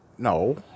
No